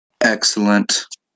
Excellent